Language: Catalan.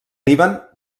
líban